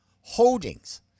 Holdings